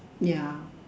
ya